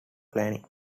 planning